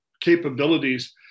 capabilities